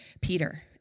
Peter